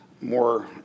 more